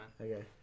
Okay